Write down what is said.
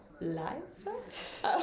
life